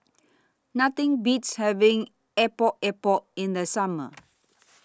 Nothing Beats having Epok Epok in The Summer